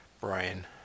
Brian